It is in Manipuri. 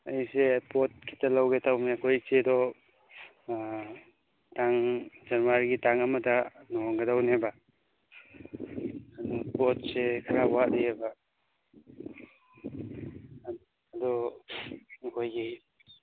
ꯑꯩꯁꯦ ꯄꯣꯠ ꯈꯤꯇ ꯂꯧꯒꯦ ꯇꯧꯕꯅꯦ ꯑꯩꯈꯣꯏ ꯏꯆꯦꯗꯣ ꯇꯥꯡ ꯐꯦꯕ꯭ꯋꯥꯔꯤꯒꯤ ꯇꯥꯡ ꯑꯃꯗ ꯂꯨꯍꯣꯡꯒꯗꯧꯅꯦꯕ ꯑꯗꯨꯅ ꯄꯣꯠꯁꯤ ꯈꯔ ꯋꯥꯠꯂꯤꯌꯦꯕ ꯑꯗꯨ ꯑꯩꯈꯣꯏꯒꯤ